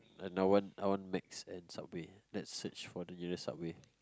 and I want Macs and Subway lets search for the nearest Subway